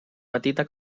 petita